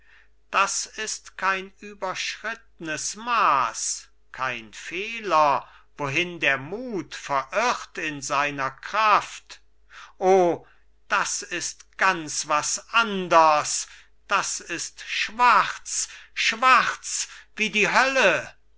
das ist kein überschrittnes maß kein fehler wohin der mut verirrt in seiner kraft o das ist ganz was anders das ist schwarz schwarz wie die hölle